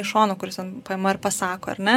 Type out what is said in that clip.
iš šono kuris ten paima ir pasako ar ne